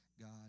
God